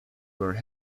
were